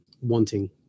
wanting